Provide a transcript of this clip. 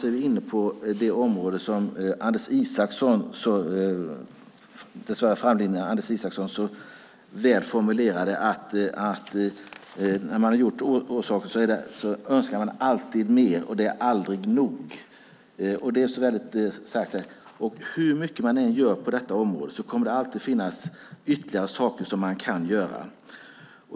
Vi är ändå inne på det som, dess värre framlidne, Anders Isaksson så väl formulerade, att när man har gjort saker önskar man alltid mer. Det är aldrig nog. Hur mycket man än gör på detta område kommer det alltid att finnas ytterligare saker som man kan göra.